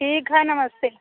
ठीक है नमस्ते